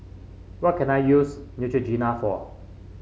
what can I use Neutrogena for